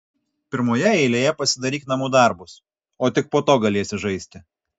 pirmoje eilėje pasidaryk namų darbus o tik po to galėsi žaisti